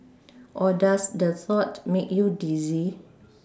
or does the thought make you dizzy